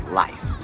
life